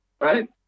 right